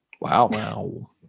Wow